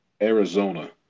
Arizona